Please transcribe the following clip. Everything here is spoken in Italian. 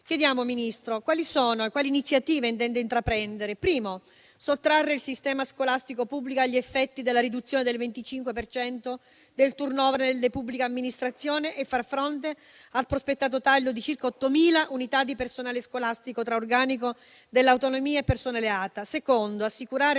chiediamo, Ministro, quali iniziative intende intraprendere per sottrarre il sistema scolastico pubblico agli effetti della riduzione del 25 per cento del *turnover* nella pubblica amministrazione e far fronte al prospettato taglio di circa 8.000 unità di personale scolastico tra organico dell'autonomia e personale ATA; assicurare